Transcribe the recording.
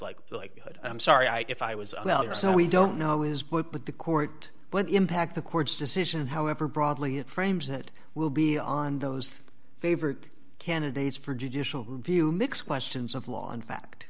like i'm sorry i if i was so we don't know is what the court what impact the court's decision however broadly it frames that will be on those favored candidates for judicial review mics questions of law in fact